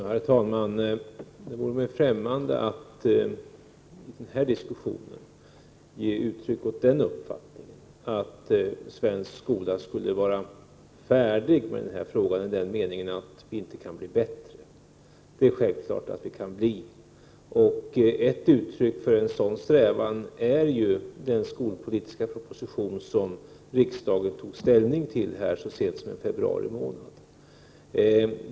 Herr talman! Det vore mig främmande att i den här diskussionen ge uttryck åt den uppfattningen att svensk skola skulle vara färdig med den här frågan i den meningen att vi inte kan bli bättre. Det är självklart att vi kan bli det. Ett uttryck för en sådan strävan är den skolpolitiska proposition som riksdagen tog ställning till så sent som i februari månad.